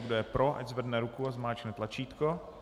Kdo je pro, ať zvedne ruku a zmáčkne tlačítko.